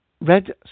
red